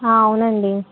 అవునండి